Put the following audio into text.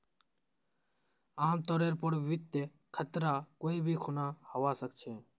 आमतौरेर पर वित्तीय खतरा कोई भी खुना हवा सकछे